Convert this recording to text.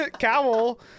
Cowell